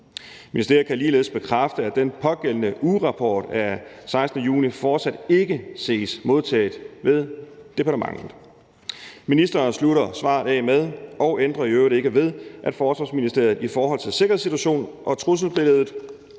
Ministeriet kan ligeledes bekræfte, at den pågældende ugerapport af den 16. juni fortsat ikke ses modtaget ved departementet. Ministeren slutter svaret af med: Og det ændrer i øvrigt ikke ved, at Forsvarsministeriet i forhold til sikkerhedssituationen og trusselsbilledet